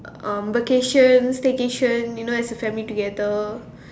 um vacation staycation you know as a family together